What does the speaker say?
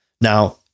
Now